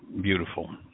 beautiful